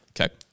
Okay